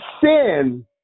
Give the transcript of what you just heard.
sin